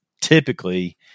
typically